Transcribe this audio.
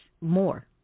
more